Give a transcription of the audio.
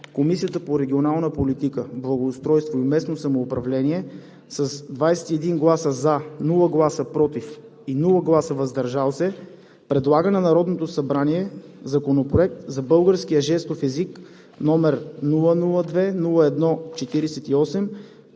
Комисията по регионална политика, благоустройство и местно самоуправление с 21 гласа „за“, без „против“ и „въздържал се“ предлага на Народното събрание Законопроект за българския жестов език, № 002-01-48,